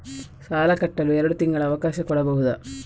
ಸಾಲ ಕಟ್ಟಲು ಎರಡು ತಿಂಗಳ ಅವಕಾಶ ಕೊಡಬಹುದಾ?